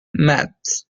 maths